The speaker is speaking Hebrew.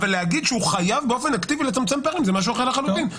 אבל להגיד שהוא חייב לצמצם פערים באופן אקטיבי זה משהו אחר לחלוטין.